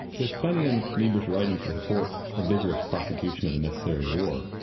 there's plenty in niebuhr's writings that support a vigorous prosecution of a necessary war.